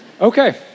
Okay